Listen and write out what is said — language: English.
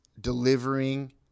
delivering